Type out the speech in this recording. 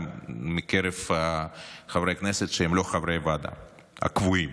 מקרב חברי הכנסת שהם לא חברי הוועדה הקבועים.